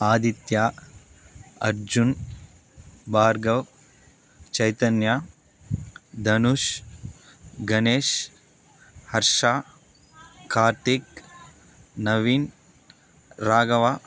Aditya Arjun Bhargav Chaitanya Dhanush Ganesh Harsha Karthik Naveen Raghava